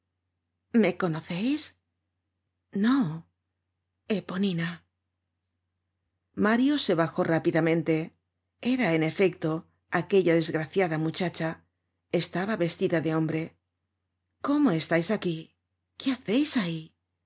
me conoceis no eponina mario se bajó rápidamente era en efecto aquella desgraciada muchacha estaba vestida de hombre cómo estais aquí qué haceis ahí